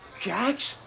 Jax